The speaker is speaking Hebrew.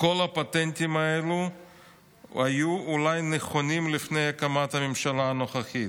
כל הפטנטים האלו היו אולי נכונים לפני הקמת הממשלה הנוכחית,